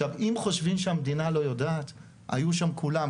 עכשיו, אם חושבים שהמדינה לא יודעת, היו שם כולם.